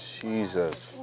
Jesus